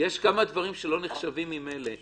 ענת, יש כמה דברים שלא נחשבים ממילא.